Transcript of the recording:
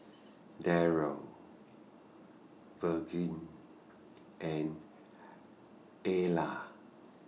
Darrel Virge and Ala